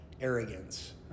arrogance